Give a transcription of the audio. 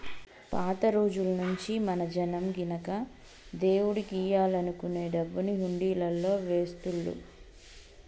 పాత రోజుల్నుంచీ మన జనం గినక దేవుడికియ్యాలనుకునే డబ్బుని హుండీలల్లో వేస్తుళ్ళు